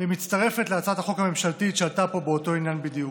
והיא מצטרפת להצעת החוק הממשלתית שעלתה פה באותו עניין בדיוק.